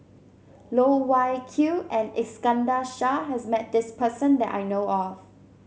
Loh Wai Kiew and Iskandar Shah has met this person that I know of